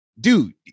dude